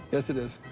yes, it is.